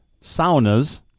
saunas